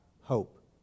hope